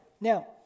Now